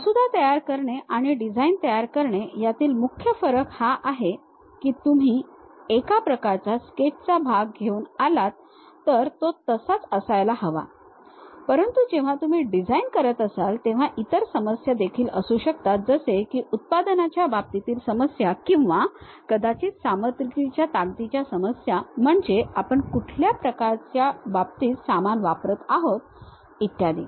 मसुदा तयार करणे आणि डिझाइन तयार करणे यातील मुख्य फरक हा आहे की तुम्ही एका प्रकारचा स्केचचा भाग घेऊन आलात तर तो तसाच असायला हवा परंतु जेव्हा तुम्ही डिझाइन करत असाल तेव्हा इतर समस्या असू शकतात जसे की उत्पादनाच्या बाबतीतील समस्या किंवा कदाचित सामग्रीच्या ताकदीच्या समस्या म्हणजे आपण कुठल्या प्रकारचे बाबतीत सामान वापरात आहोत इत्यादी